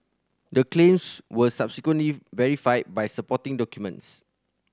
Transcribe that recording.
the claims were subsequently verified by supporting documents